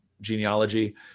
genealogy